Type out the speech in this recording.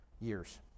years